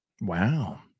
wow